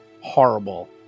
horrible